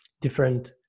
different